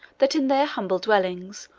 that, in their humble dwellings,